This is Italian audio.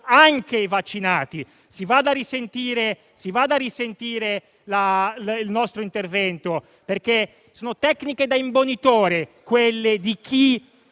«anche i vaccinati»; si vada a risentire il nostro intervento. Sono tecniche da imbonitore quelle di chi,